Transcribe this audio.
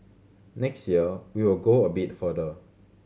next year we will go a bit further